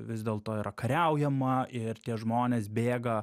vis dėl to yra kariaujama ir tie žmonės bėga